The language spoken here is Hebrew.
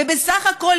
ובסך הכול,